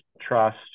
trust